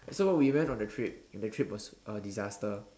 so when we went on the trip and the trip was a disaster